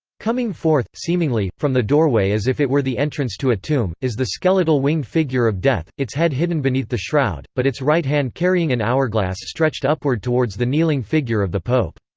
coming forth, seemingly, from the doorway as if it were the entrance to a tomb, is the skeletal winged figure of death, its head hidden beneath the shroud, but its right hand carrying an hourglass stretched upward towards the kneeling figure of the pope.